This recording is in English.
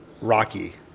Rocky